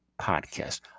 podcast